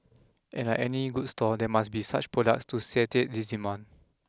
and like any good store there must be such products to satiate this demand